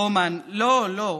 רומן: לא, לא,